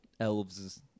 Elves